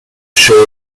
shaver